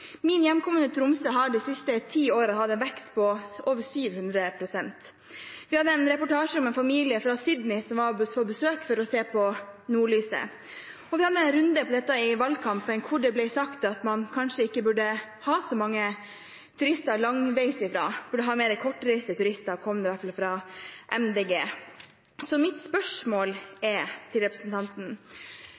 Min hjemkommune, Tromsø, har de siste ti årene hatt en vekst på over 700 pst. Vi hadde en reportasje om en familie fra Sydney som var på besøk for å se på nordlyset. Vi hadde en runde om dette i valgkampen, hvor det ble sagt at man kanskje ikke burde ha så mange turister langveisfra. Man burde ha flere kortreiste turister, kom det i hvert fall fra Miljøpartiet De Grønne. Så mitt spørsmål til representanten